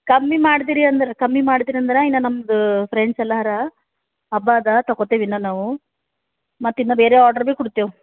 ಕಮ್ಮಿ ಮಾಡಿದಿರಿ ಅಂದ್ರೆ ಕಮ್ಮಿ ಮಾಡಿದಿರಿ ಅಂದ್ರೆ ಇನ್ನೂ ನಮ್ಮದು ಫ್ರೆಂಡ್ಸ್ ಎಲ್ಲ ಹರ ಹಬ್ಬ ಅದ ತಗೊತೀವಿ ಇನ್ನೂ ನಾವು ಮತ್ತು ಇನ್ನೂ ಬೇರೆ ಆಡ್ರ್ ಭಿ ಕೊಡ್ತೇವ್